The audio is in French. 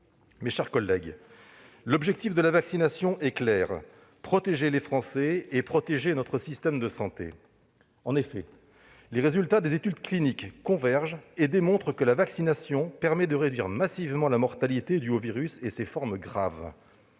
Mes chers collègues, l'objectif de la vaccination est clair : protéger les Français et protéger notre système de santé. Les résultats des études cliniques convergent pour démontrer que la vaccination permet de réduire massivement la mortalité due au virus et ses formes graves.